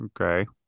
Okay